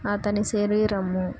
అతని సరి రమ్ము